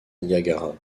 niagara